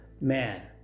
man